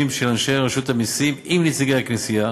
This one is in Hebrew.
של אנשי רשות המסים עם נציגי הכנסייה.